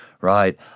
right